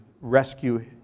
rescue